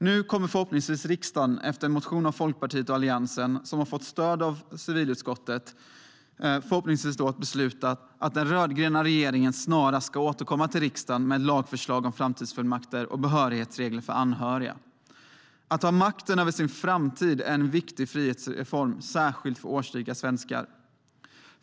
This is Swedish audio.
Nu kommer förhoppningsvis riksdagen efter en motion av Folkpartiet och Alliansen som har fått stöd av civilutskottet att besluta att den rödgröna regeringen snarast ska återkomma till riksdagen med ett lagförslag om framtidsfullmakter och behörighetsregler för anhöriga. Att ha makten över sin framtid är en viktig frihetsreform, särskilt för årsrika svenskar.